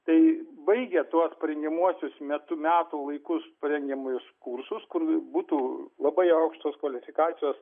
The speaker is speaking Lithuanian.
tai baigę tuos parengiamuosius metu metų laikus parengiamuosius kursus kur būtų labai aukštos kvalifikacijos